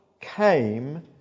came